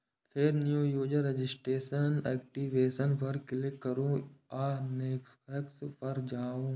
फेर new user registration, activation पर click करू आ नेक्स्ट पर जाउ